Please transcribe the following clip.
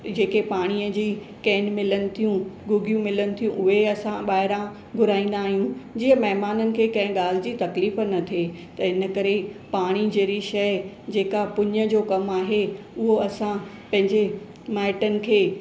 जेके पाणीअ जी कैन मिलनि थियूं गुगियूं मिलनि थियूं उहे असां ॿाहिरां घुराईंदा आहियूं जीअं महिमाननि खे कंहिं ॻाल्हि जी तकलीफ़ न थिए त हिन करे पाणी जहिड़ी शइ जेका पुन्य जो कमु आहे उओ असां पंहिंजे माइटनि खे